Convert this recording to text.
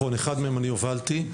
אחד מהם אני הובלתי.